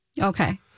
Okay